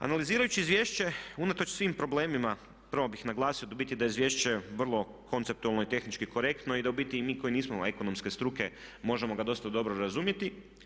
Analizirajući izvješće unatoč svim problemima prvo bih naglasio u biti da je izvješće vrlo konceptualno i tehnički korektno i da u biti i mi koji nismo ekonomske struke možemo ga dosta dobro razumjeti.